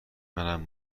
منم